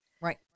Right